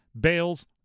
Bales